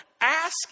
Ask